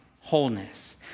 wholeness